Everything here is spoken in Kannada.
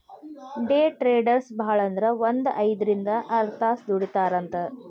ಡೆ ಟ್ರೆಡರ್ಸ್ ಭಾಳಂದ್ರ ಒಂದ್ ಐದ್ರಿಂದ್ ಆರ್ತಾಸ್ ದುಡಿತಾರಂತ್